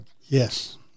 Yes